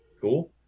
cool